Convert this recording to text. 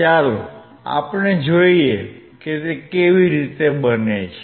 ચાલો આપણે જોઈએ કે તે કેવી રીતે બને છે